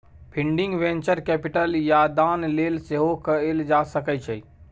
funding venture capital या दान लेल सेहो कएल जा सकै छै